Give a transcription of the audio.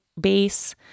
base